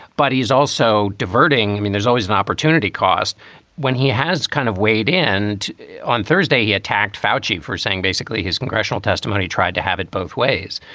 but he's also diverting. i mean, there's always an opportunity cost when he has kind of weighed in. and on thursday, he attacked foushee for saying basically his congressional testimony tried to have it both ways.